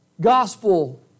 gospel